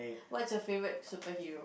what's your favorite superhero